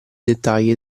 dettagli